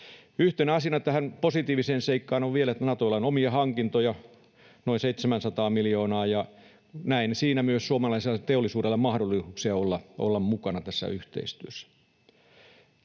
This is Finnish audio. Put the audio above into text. Yhtenä asiana tähän positiiviseen seikkaan on vielä se, että Natolla on omia hankintoja noin 700 miljoonaa, ja näen siinä myös suomalaiselle teollisuudelle mahdollisuuksia olla mukana tässä yhteistyössä.